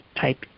type